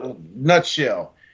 nutshell